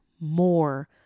more